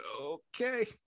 okay